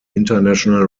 international